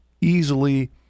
easily